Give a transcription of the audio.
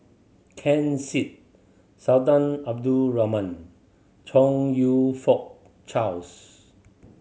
Ken Seet Sultan Abdul Rahman Chong You Fook Charles